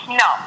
no